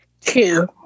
Two